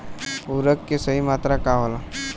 उर्वरक के सही मात्रा का होला?